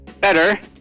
Better